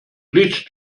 licht